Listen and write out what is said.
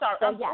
sorry